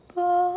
go